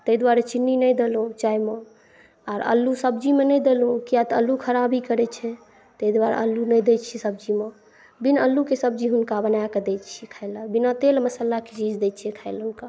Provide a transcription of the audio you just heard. तऽ तै दुआरऽ चीनी नहि देलौं चाय मऽ आर आलू सब्जी मऽ नहि देलौं किया तऽ आलू खराबी करै छै तताहि दुआरे आलू नहि दै छियै सब्जीमे बिन आलूके सब्जी हुनका बनाए कए दै छियै खाय लए बिना तेल मसालाके दै छियै खाय लऽ हुनका